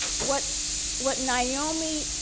what what naomi,